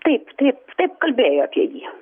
taip taip taip kalbėjo apie jį